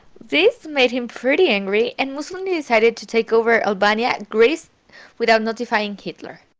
this made him pretty angry and mussolini decided to take over albania and greece without notifying hitler.